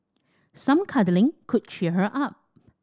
some cuddling could cheer her up